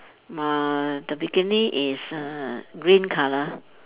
uh the bikini is err green colour